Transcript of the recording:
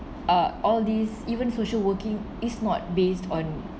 uh all these even social working is not based on